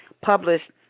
published